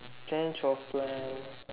change of plan